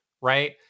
right